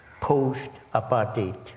post-apartheid